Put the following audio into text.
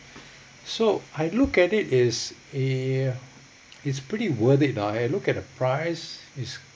so I look at it is ya it's pretty worth it ah I look at the price is